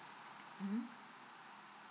mmhmm